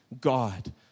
God